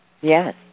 Yes